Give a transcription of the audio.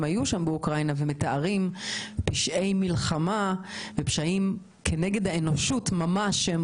הם מתארים פשעי מלחמה ופשעים כנגד האנושות שהם